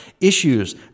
issues